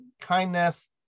kindness